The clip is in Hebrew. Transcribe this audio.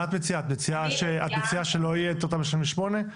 את מציעה שלא יהיה תמ"א 38?